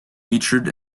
featured